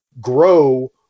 grow